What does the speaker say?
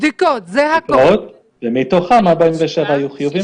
בדיקות ומתוכן 47 היו חיוביים,